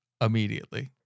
immediately